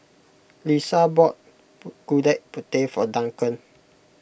Lesa bought Gudeg Putih for Duncan